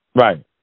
right